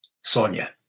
Sonia